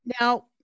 Now